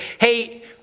Hey